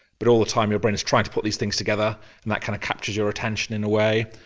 but all the time your brain is trying to put these things together and that kind of captures your attention in a way,